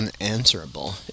unanswerable